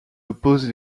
oppose